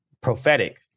prophetic